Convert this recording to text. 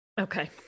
Okay